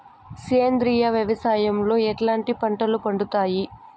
సేంద్రియ వ్యవసాయం లో ఎట్లాంటి పంటలు పండుతాయి